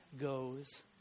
goes